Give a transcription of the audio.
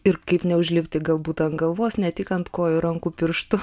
ir kaip neužlipti galbūt ant galvos ne tik ant kojų rankų pirštų